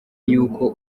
y’uko